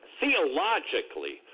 theologically